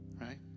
Right